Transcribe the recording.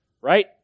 right